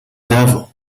devil